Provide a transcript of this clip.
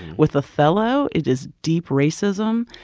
with othello, it is deep racism.